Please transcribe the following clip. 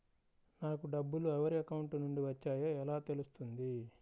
నాకు డబ్బులు ఎవరి అకౌంట్ నుండి వచ్చాయో ఎలా తెలుస్తుంది?